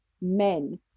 men